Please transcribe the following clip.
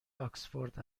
آکسفورد